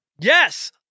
Yes